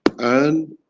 and